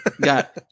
got